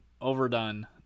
overdone